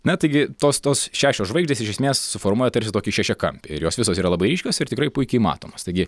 na taigi tos tos šešios žvaigždės iš esmės suformuoja tarsi tokį šešiakampį ir jos visos yra labai ryškios ir tikrai puikiai matomos taigi